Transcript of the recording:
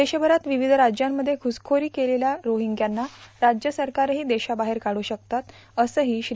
देशभरात विविध राज्यांमध्ये घुससोरी केलेल्या रोहिंग्यांना राज्यसरकारंही देशाबाहेर काढू शकतात असं श्री